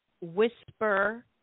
Whisper